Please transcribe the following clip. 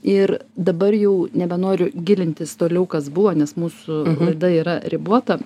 ir dabar jau nebenoriu gilintis toliau kas buvo nes mūsų laida yra ribota